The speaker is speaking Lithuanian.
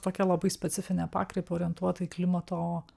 tokią labai specifinę pakraipą orientuota į klimato